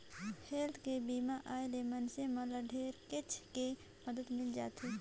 health के बीमा आय ले मइनसे मन ल ढेरेच के मदद मिल जाथे